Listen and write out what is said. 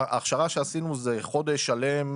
ההכשרה שעשינו זה חודש שלם,